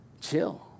chill